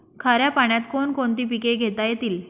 खाऱ्या पाण्यात कोण कोणती पिके घेता येतील?